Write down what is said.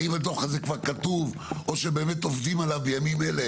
האם הדוח הזה כבר כתוב או שבאמת עובדים עליו בימים אלה